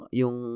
yung